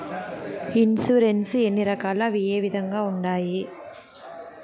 insurance ఎన్ని రకాలు అవి ఏ విధంగా ఉండాయి